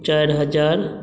चारि हजार